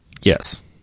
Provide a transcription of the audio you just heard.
Yes